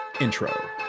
intro